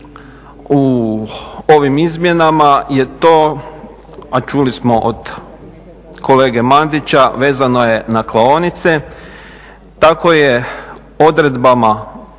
u ovim izmjenama je to, a čuli smo od kolege Mandića vezano je na klaonice. Tako je odredbama